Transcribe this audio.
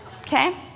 Okay